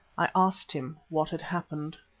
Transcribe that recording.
i asked him what had happened.